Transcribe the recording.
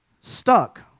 stuck